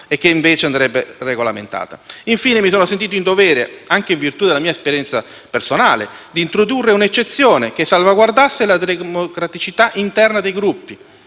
e che andrebbe regolamentata. Infine, mi sono sentito in dovere - anche in virtù della mia esperienza personale - di introdurre un'eccezione che salvaguardasse la democraticità interna dei Gruppi.